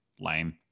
Lame